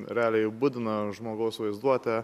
realiai budina žmogaus vaizduotę